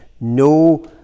no